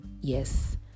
Yes